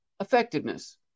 effectiveness